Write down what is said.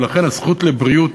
ולכן הזכות לבריאות